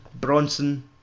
Bronson